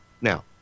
Now